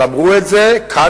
אבל אמרו את זה כאן,